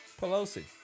Pelosi